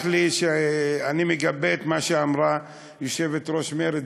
ושר האוצר יסלח לי שאני מגבה את מה שאמרה יושבת-ראש מרצ,